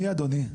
מי אדוני?